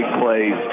plays